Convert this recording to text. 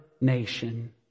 nation